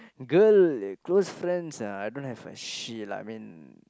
girl close friends ah I don't have a she lah I mean